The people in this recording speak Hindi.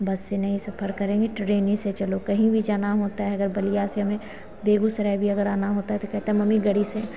बस से नहीं सफर करेंगे ट्रेन ही से चलो कहीं भी जाना होता है अगर बलिया से हमें बेगूसराय भी अगर आना होता है तो कहता है मम्मी गाड़ी से